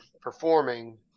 performing